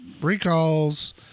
Recalls